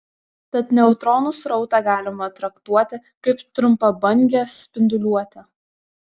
tad neutronų srautą galima traktuoti kaip trumpabangę spinduliuotę